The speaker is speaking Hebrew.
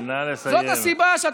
נא לסיים, נא לסיים.